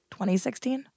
2016